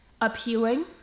appealing